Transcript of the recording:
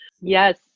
Yes